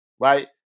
right